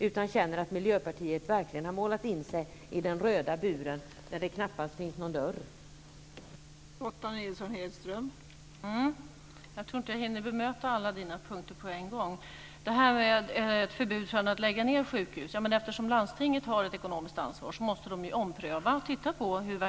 Man känner att Miljöpartiet verkligen har målat in sig i den röda buren där det knappast finns någon dörr ut.